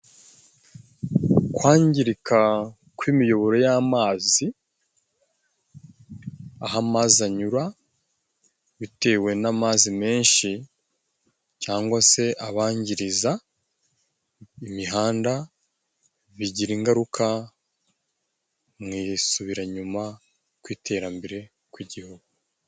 Kwangirika kw'imiyoboro y'amazi aho amazi anyura bitewe n'amazi menshi, cyangwa se abangiriza imihanda bigira ingaruka mu isubiranyuma kw'iterambere kw'igihugu.